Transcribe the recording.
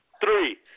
three